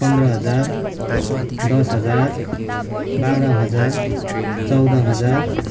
पन्ध्र हजार दस हजार बाह्र हजार चौध हजार